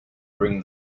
ring